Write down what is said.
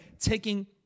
taking